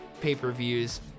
pay-per-views